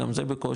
גם זה בקושי,